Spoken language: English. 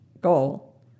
goal